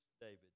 David